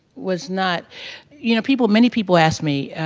was not you know, people, many people asked me,